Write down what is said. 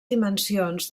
dimensions